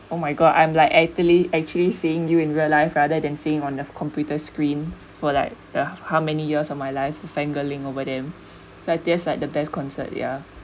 oh my god I'm like actually actually seeing you in real life rather than seeing on the computer screen for like uh how many years of my life fangirling over them so that's like the best concert yeah